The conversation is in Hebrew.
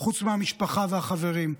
חוץ מהמשפחה והחברים.